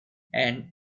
and